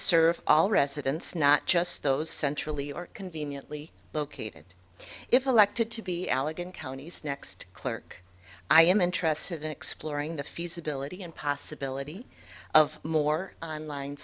serve all residents not just those centrally or conveniently located if elected to be allegan county's next clerk i am interested in exploring the feasibility and possibility of more on line